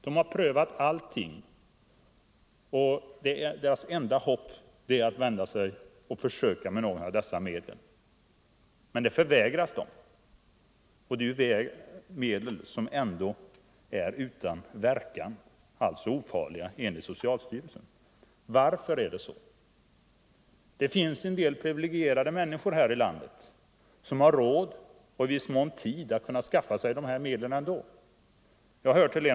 De har prövat allting och deras enda hopp är att försöka med något av naturläkemedlen. Men det förvägras dem. Det är ju ändå medel som är utan verkan, alltså ofarliga, enligt socialstyrelsen. Varför är det så här? Det finns en del privilegierade människor här i landet som har råd Nr 132 och i viss mån tid att skaffa sig de här medlen ändå. Jag hör till dem.